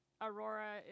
Aurora